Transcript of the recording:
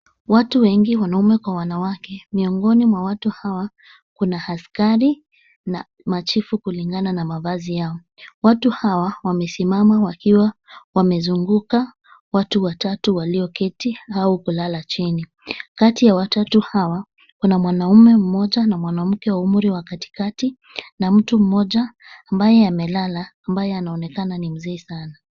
Watu wengi wanaume kwa wanawake, miongoni mwa watu hawa kuna askari na machifu kulingana na mavazi yao. Watu hawa wamesimama, wakiwa wamezunguka watu watatu walioketi au kulala chini. Kati ya watoto hawa, kuna mwanaume mmoja na mwanamke wa umri wa katikati na mtu mmoja ambaye amelala ambaye anaonekana ni mzee sana.